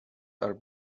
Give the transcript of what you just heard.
are